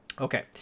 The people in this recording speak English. okay